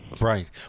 Right